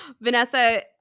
Vanessa